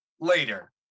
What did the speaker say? Later